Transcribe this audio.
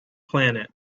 planet